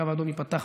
הקו האדום ייפתח,